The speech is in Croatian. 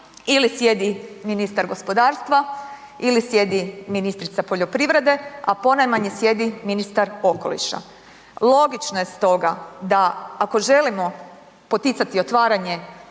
ili sjedi ministar gospodarstva ili sjedi ministrica poljoprivrede a ponajmanje sjedi ministar okoliša. Logično je stoga da ako želimo poticati otvaranje